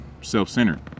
self-centered